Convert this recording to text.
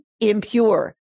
impure